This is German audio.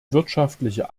wirtschaftliche